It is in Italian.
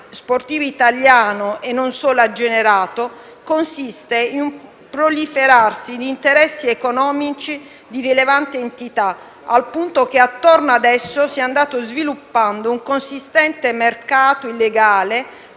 il sistema sportivo italiano - e non solo - ha generato consiste in un proliferare di interessi economici di rilevante entità, al punto che attorno ad esso si è andato sviluppando un consistente mercato illegale